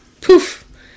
poof